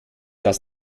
das